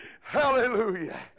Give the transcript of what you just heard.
Hallelujah